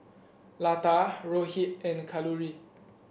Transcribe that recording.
Lata Rohit and Kalluri